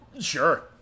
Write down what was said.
Sure